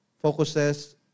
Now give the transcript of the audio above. focuses